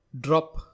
Drop